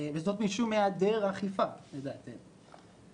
וזאת משום היעדר אכיפה, לדעתנו.